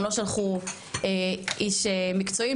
הם לא שלחו איש מקצועי,